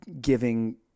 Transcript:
giving